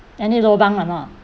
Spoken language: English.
any lobang or not